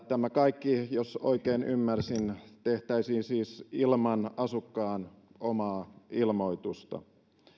tämä kaikki jos oikein ymmärsin tehtäisiin siis ilman asukkaan omaa ilmoitusta tässä